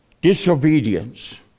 Disobedience